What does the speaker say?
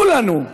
כולנו.